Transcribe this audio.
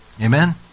Amen